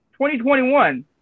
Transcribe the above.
2021